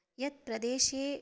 यस्मिन् प्रदेशे